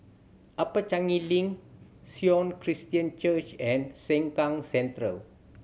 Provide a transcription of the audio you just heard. Upper Changi Link Sion Christian Church and Sengkang Central